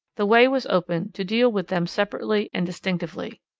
the way was open to deal with them separately and distinctively.